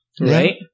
Right